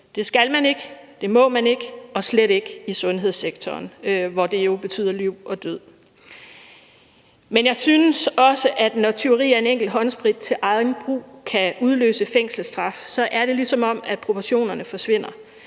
Det skal man ikke, det må man ikke, og slet ikke i sundhedssektoren, hvor det jo betyder liv og død. Men jeg synes også, at når tyveri af en enkelt håndsprit til eget brug kan udløse fængselsstraf, er det, ligesom om proportionerne forsvinder.